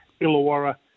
Illawarra